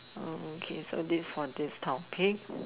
oh okay so this for this topic